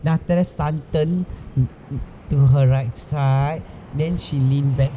then after sun turned to her right side then she leaned back